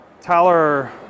Tyler